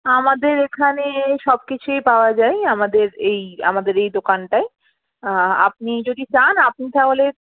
আমাদের এখানে সব কিছুই পাওয়া যায় আমাদের এই আমাদের এই দোকানটায় আপনি যদি চান আপনি তাহলে